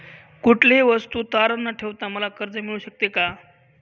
कुठलीही वस्तू तारण न ठेवता मला कर्ज मिळू शकते का?